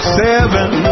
seven